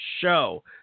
Show